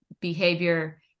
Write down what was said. behavior